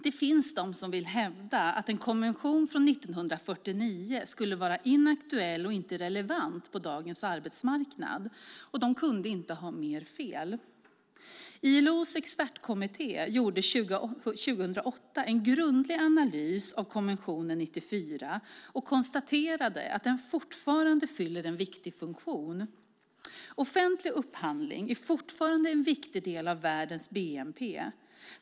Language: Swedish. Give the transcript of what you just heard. Det finns de som vill hävda att en konvention från 1949 skulle vara inaktuell och inte relevant på dagens arbetsmarknad. De kunde inte ha mer fel. ILO:s expertkommitté gjorde 2008 en grundlig analys av konvention 94 och konstaterade att den fortfarande fyller en viktig funktion. Offentlig upphandling är fortfarande en viktig del av världens bnp.